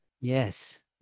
Yes